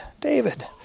David